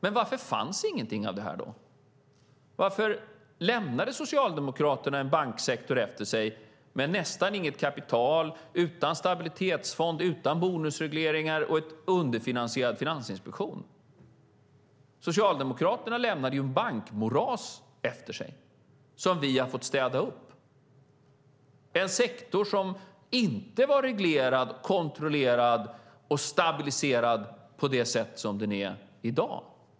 Men varför fanns ingenting av detta då? Varför lämnade Socialdemokraterna efter sig en banksektor med nästan inget kapital, ingen stabilitetsfond, inga bonusregleringar och en underfinansierad finansinspektion? Socialdemokraterna lämnade efter sig ett bankmoras som vi har fått städa upp. Det var en sektor som inte var reglerad, kontrollerad och stabiliserad på det sätt som den är i dag.